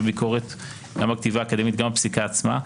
ביקורת גם בכתיבה האקדמית וגם בפסיקה עצמה,